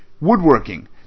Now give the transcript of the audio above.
woodworking